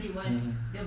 mmhmm